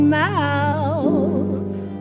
mouth